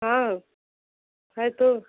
हाँ है तो